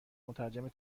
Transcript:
مترجم